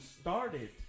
started